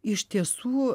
iš tiesų